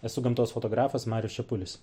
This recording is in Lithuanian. esu gamtos fotografas marius čepulis